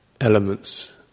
elements